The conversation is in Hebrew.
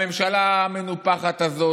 הממשלה המנופחת הזאת,